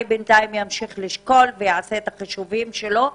שימשיכו מצדם לעשות את השיקולים שלהם.